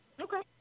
Okay